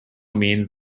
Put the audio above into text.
means